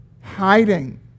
hiding